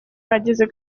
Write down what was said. bageze